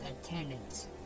attendants